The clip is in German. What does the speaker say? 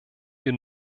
wir